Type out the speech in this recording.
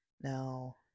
now